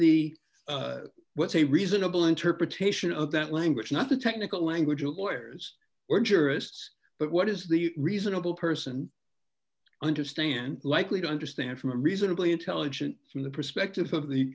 re the what's a reasonable interpretation of that language not the technical language of lawyers or jurists but what is the reasonable person understand likely to understand from a reasonably intelligent from the perspective of the